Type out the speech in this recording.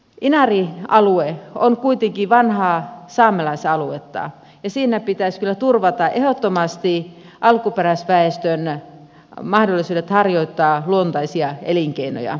inarin alue on kuitenkin vanhaa saamelaisaluetta ja siinä pitäisi kyllä turvata ehdottomasti alkuperäisväestön mahdollisuudet harjoittaa luontaisia elinkeinoja